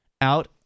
out